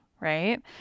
Right